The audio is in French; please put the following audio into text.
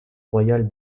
royale